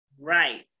Right